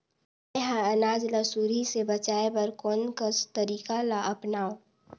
मैं ह अनाज ला सुरही से बचाये बर कोन कस तरीका ला अपनाव?